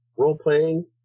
Role-playing